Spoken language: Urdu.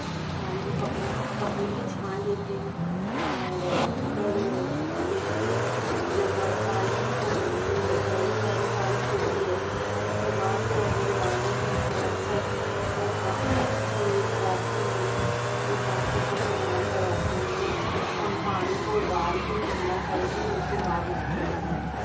پانی کو کپڑوں کپڑے سے چھان لیتی ہوں اور اگر اسپیشلی جب بارشوں کا موسم شروع ہوتا ہے یا پہلی بارش گرتی ہے اس کے بعد میری والدہ جو ہیں تو وہ اکثر کافی سختی سے اس بات کی اس بات کے اوپر ہمیں عمل کرواتی ہیں کہ ہم پانی کو ابال کے ٹھنڈا کر کے اس کے بعد مٹکے میں بھریں